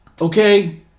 Okay